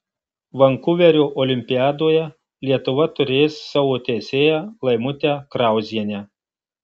vankuverio olimpiadoje lietuva turės savo teisėją laimutę krauzienę